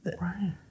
Right